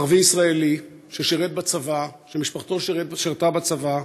ערבי ישראלי ששירת בצבא, שמשפחתו שירתה בצבא,